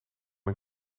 een